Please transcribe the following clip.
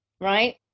right